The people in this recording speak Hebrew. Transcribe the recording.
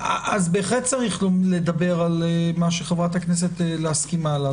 בהחלט צריך לדבר על מה שחברת הכנסת לסקי מעלה.